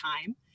time